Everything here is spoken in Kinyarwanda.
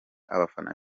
abafana